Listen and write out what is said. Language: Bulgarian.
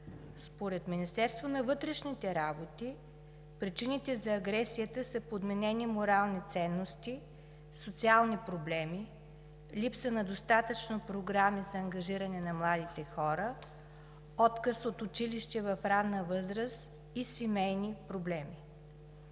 Според Министерството на вътрешните работи причините за агресията са подменени морални ценности, социални проблеми, липса на достатъчно програми за ангажиране на младите хора, отказ от училище в ранна възраст и семейни проблеми.